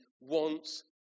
wants